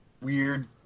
weird